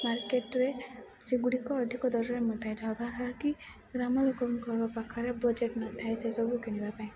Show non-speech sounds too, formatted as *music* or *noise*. ମାର୍କେଟ୍ରେ ସେଗୁଡ଼ିକ ଅଧିକ ଦରରେ ମିଳିଥାଏ ଯାହା *unintelligible* କି ଗ୍ରାମ ଲୋକଙ୍କର ପାଖରେ ବଜେଟ୍ ନଥାଏ ସେସବୁ କିଣିବା ପାଇଁ